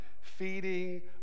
feeding